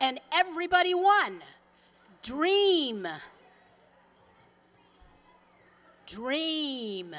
and everybody one dream a dream